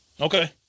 Okay